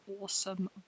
awesome